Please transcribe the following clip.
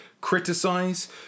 criticise